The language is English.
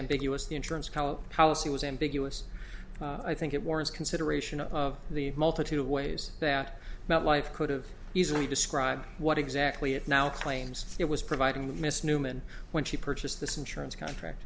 ambiguous the insurance co policy was ambiguous i think it warrants consideration of the multitude of ways that metlife could have easily described what exactly it now claims it was providing that miss newman when she purchased this insurance contract